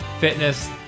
fitness